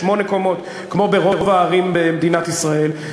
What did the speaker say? שמונה קומות כמו ברוב הערים במדינת ישראל,